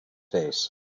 face